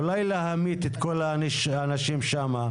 אולי להמית את כל האנשים שם,